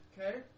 Okay